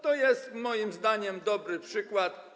To jest moim zdaniem dobry przykład.